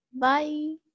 bye